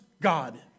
God